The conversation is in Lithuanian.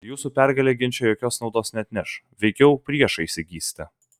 jūsų pergalė ginče jokios naudos neatneš veikiau priešą įsigysite